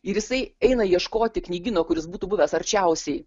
ir jisai eina ieškoti knygyno kuris būtų buvęs arčiausiai